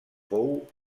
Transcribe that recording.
fou